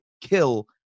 kill